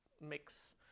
mix